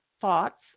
thoughts